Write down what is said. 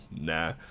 nah